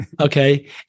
Okay